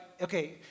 okay